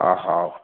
ହଉ